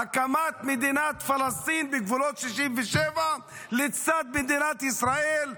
הקמת מדינת פלסטין בגבולות 67' לצד מדינת ישראל,